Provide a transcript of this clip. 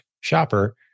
shopper